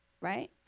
right